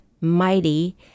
mighty